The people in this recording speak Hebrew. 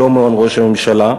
לא מעון ראש הממשלה,